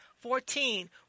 Fourteen